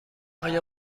اما